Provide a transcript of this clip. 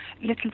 little